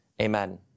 Amen